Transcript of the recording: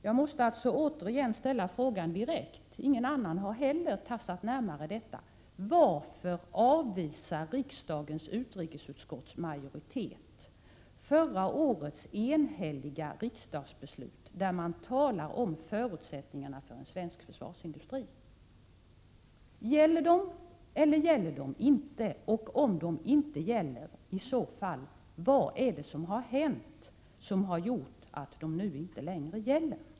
Jag måste alltså återigen — ingen annan har heller tassat närmare detta — ställa frågan direkt: Varför avvisar riksdagens utrikesutskotts majoritet förra årets enhälliga riksdagsbeslut, där det talas om förutsättningarna för en svensk försvarsindustri? Gäller de, eller gäller de inte? Om de inte gäller, vad har i så fall hänt som har gjort att de nu inte längre gäller?